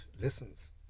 listens